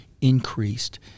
increased